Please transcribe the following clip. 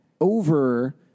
over